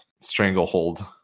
stranglehold